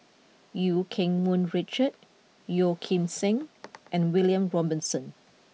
Eu Keng Mun Richard Yeoh Ghim Seng and William Robinson